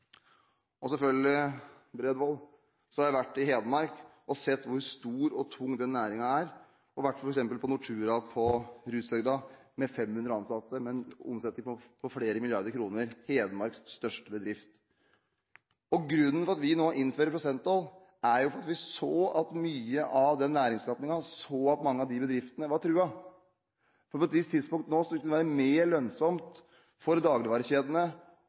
Bredvold: Jeg har selvfølgelig vært i Hedmark og sett hvor stor og tung den næringen er og har vært f.eks. på Nortura på Rudshøgda, som med 500 ansatte og en omsetning på flere milliarder kroner er Hedmarks største bedrift. Grunnen til at vi nå innfører prosenttoll, er at vi så at mye av den næringsskapningen og mange av de bedriftene var truet, for på et visst tidspunkt vil det være mer lønnsomt for dagligvarekjedene